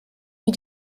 wie